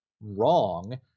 wrong